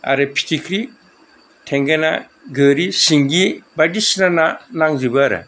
आरो फिथिख्रि थेंगोना गोरि सिंगि बायदिसिना ना नांजोबो आरो